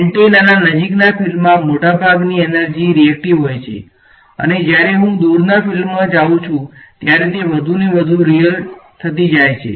એન્ટેનાના નજીકના ફીલ્ડમાં મોટાભાગની એનર્જી રીએકટીવ હોય છે અને જયારે હું દૂરના ફીલ્ડમાં જાઉં ત્યારે તે વધુ ને વધુ રીયલ ઠીક થઈ જાય છે